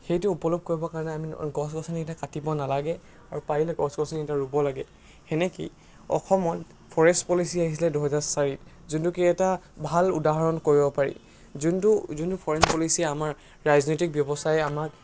সেইটো উপলব কৰিবৰ কাৰণে আমি গছ গছনি এতিয়া কাটিব নালাগে আৰু পাৰিলে গছ গছনি এতিয়া ৰুব লাগে তেনেকেই অসমত ফ'ৰেষ্ট পলিচি আহিছিলে দুহেজাৰ চাৰিত যোনটো কি এটা ভাল উদাহৰণ কৰিব পাৰি যোনটো যোনটো ফৰেইন পলিচি আমাৰ ৰাজনৈতিক ব্যৱস্থাই আমাক